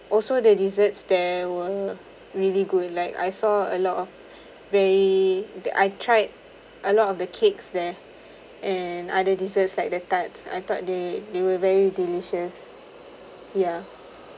also the desserts there were really good like I saw a lot of vary that I've tried a lot of the cakes there and other desserts like the tarts I thought they they were very delicious ya